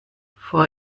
vor